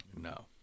No